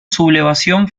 sublevación